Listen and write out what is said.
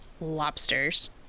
lobsters